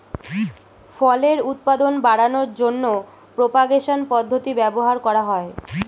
ফলের উৎপাদন বাড়ানোর জন্য প্রোপাগেশন পদ্ধতি ব্যবহার করা হয়